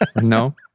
No